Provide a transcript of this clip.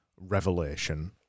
revelation